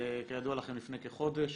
כידוע לכם, לפני כחודש